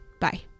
Bye